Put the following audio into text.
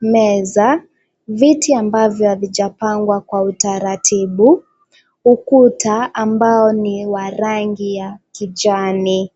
meza, viti ambavyo havijapangwa kwa utaratibu, ukuta ambao ni wa rangi ya kijani.